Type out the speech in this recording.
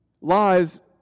lies